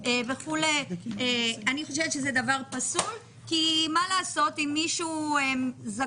במיוחד